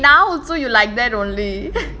dey now also you like that only